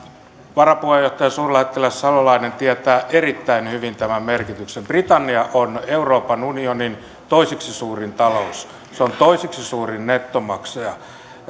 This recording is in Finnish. varapuheenjohtaja suurlähettiläs salolainen tietää erittäin hyvin tämän merkityksen britannia on euroopan unionin toiseksi suurin talous se on toiseksi suurin nettomaksaja